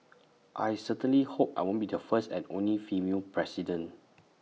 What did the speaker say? I certainly hope I won't be the first and only female president